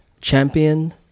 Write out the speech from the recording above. champion